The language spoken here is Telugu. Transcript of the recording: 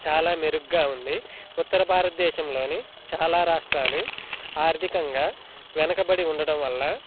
చాలా మెరుగ్గా ఉంది ఉత్తర భారతదేశంలోని చాలా రాష్ట్రాలు ఆర్థికంగా వెనకబడి ఉండడం వల్ల